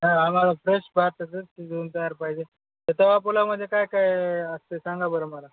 हा आम्हाला फ्रेश भातच घेऊन तयार पाहिजे तर तवापुलावमध्ये काय काय असते सांगा बरं मला